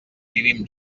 vivim